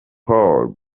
paulo